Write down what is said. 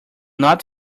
not